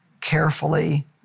carefully